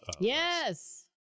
yes